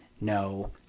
no